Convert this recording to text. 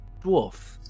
Dwarf